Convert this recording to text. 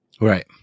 right